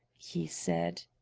he said